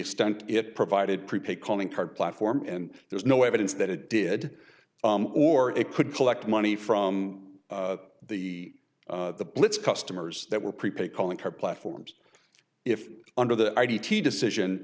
extent it provided prepaid calling card platform and there's no evidence that it did or it could collect money from the blitz customers that were prepaid calling card platforms if under the id t decision